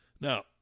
Now